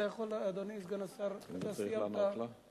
אתה יכול, אדוני סגן השר, אני צריך לענות לה?